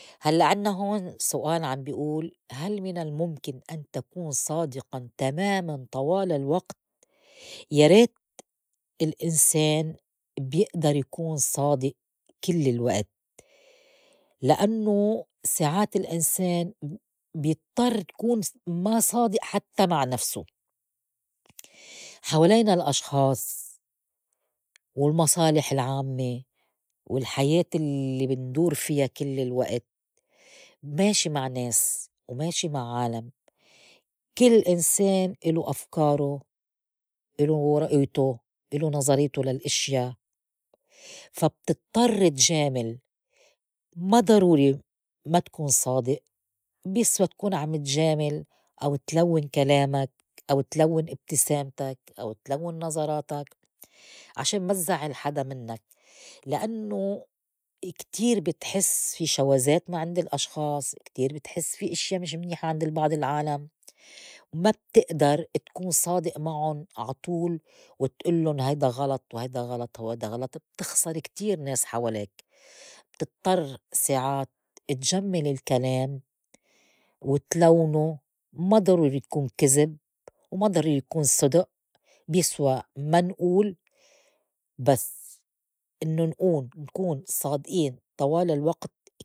هلّأ عنّا هون سؤال عم بي ئول هل من الممكن أن تكون صادقاً تماماً طوال الوقت؟ يا ريت الإنسان بيقدر يكون صادق كل الوقت. لأنوا ساعات الإنسان ب- بيضطّر يكون ما صادق حتّى مع نفسه، حوالينا الأشخاص والمصالح العامّة والحياة اللّي بندور فيا كل الوقت ماشي مع ناس وماشي مع عالم كل إنسان الو أفكاره الو رؤيته الو نظريته للاشيا فا بتضطر تجامل ما ضروري ما تكون صادق بيسوا تكون عم تجامل أو تلوّن كلامك أو تلوّن ابتسامتك أو تلوّن نظراتك عشان ما تزعّل حدا منّك لأنوا كتير بتحس في شوازات ما عند الأشخاص كتير بتحس في إشيا مش منيحة عند بعض العالم ما بتئدر تكون صادق معُن عطول وتئلّن هيدا غلط وهيدا غلط وهيدا غلط بتخسر كتير ناس حواليك بتضطر ساعات تجمّل الكلام وتلونه ما ضروري تكون كذب وما ضروري يكون صدق بيسوا ما نقول بس إنّو نقول نكون صادقين طوال الوقت.